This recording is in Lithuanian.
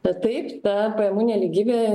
kad taip ta pajamų nelygybė